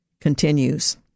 continues